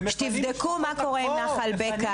לפני שאני הולכת אני רוצה באמת שתבדקו מה קורה עם נחל בקע.